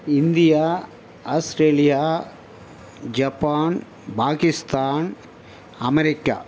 India Australia Japan Pakistan America